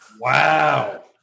Wow